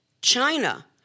China